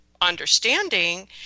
understanding